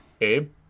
Abe